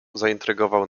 zaintrygował